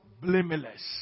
blameless